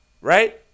right